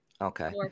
Okay